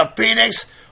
Phoenix